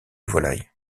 volailles